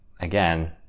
again